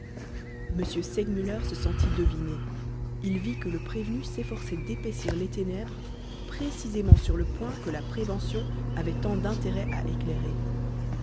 m segmuller se sentit deviné il vit que le prévenu s'efforçait d'épaissir les ténèbres précisément sur le point que la prévention avait tant d'intérêt à éclairer